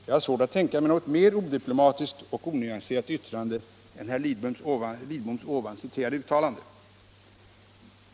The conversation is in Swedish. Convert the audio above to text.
Jag har svårt att tänka mig något mer odiplomatiskt och onyanserat yttrande än herr Lidboms nyss citerade uttalande.